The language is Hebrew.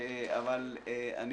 אבל אני